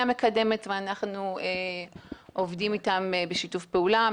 מקדמת ואנחנו עובדים איתם בשיתוף פעולה,